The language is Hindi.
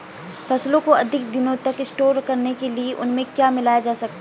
फसलों को अधिक दिनों तक स्टोर करने के लिए उनमें क्या मिलाया जा सकता है?